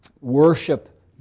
worship